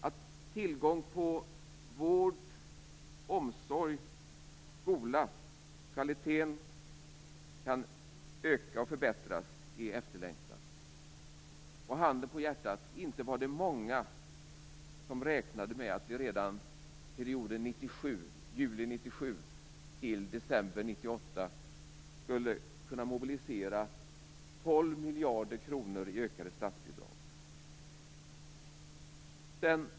Att tillgång och kvalitet på vård, omsorg och skola nu kan förbättras är efterlängtat. Och handen på hjärtat, inte var det många som räknade med att vi redan under perioden juli 1997 till december 1998 skulle kunna mobilisera 12 miljarder kronor i ökade statsbidrag.